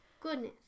Goodness